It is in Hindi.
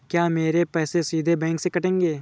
क्या मेरे पैसे सीधे बैंक से कटेंगे?